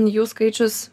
jų skaičius